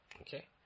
Okay